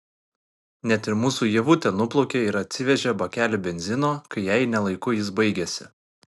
net ir mūsų ievutė nuplaukė ir atsivežė bakelį benzino kai jai ne laiku jis baigėsi